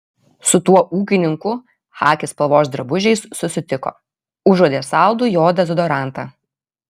su tuo ūkininku chaki spalvos drabužiais susitiko užuodė saldų jo dezodorantą